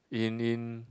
in in